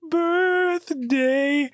birthday